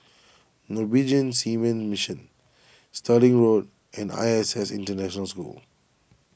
Norwegian Seamen's Mission Stirling Road and I S S International School